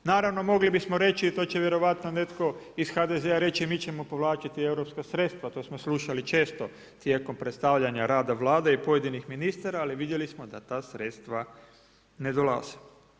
Naravno mogli bismo reći i to će vjerojatno netko iz HDZ-a reći mi ćemo povlačiti europska sredstva, to smo slušali često tijekom predstavlja rada Vlade i pojedinih ministara ali vidjeli smo da ta sredstva ne dolaze.